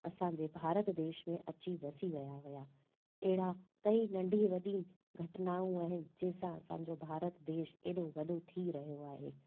असांजे भारत देश में अची करे वसी विया हुआ अहिड़ा कई नंढी वढी घटनाऊं आहिनि जंहिंसां असांजो भारत देश एॾो वॾो थी रहियो आहे